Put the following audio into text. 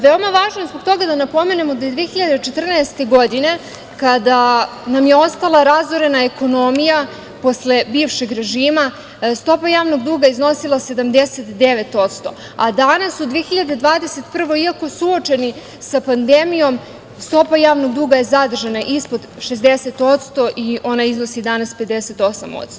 Veoma važno je zbog toga da napomenemo da je 2014. godine kada nam je ostala razorena ekonomija posle bivšeg režima, stopa javnog duga iznosila je 79%, a danas u 2021. godini, iako suočeni sa pandemijom stopa javnog duga je zadržana ispod 60% i ona iznosi danas 58%